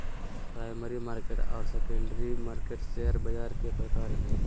primary market आर secondary market share बाज़ार के प्रकार हइ